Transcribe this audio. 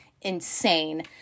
insane